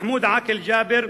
מחמוד עקל ג'אבר,